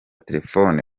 telefone